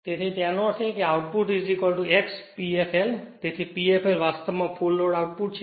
તેથી તેનો અર્થ એ કે આઉટપુટ x P fl તેથી P fl વાસ્તવમાં ફુલ લોડ આઉટપુટ છે